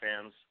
fans